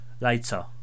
later